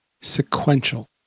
Sequential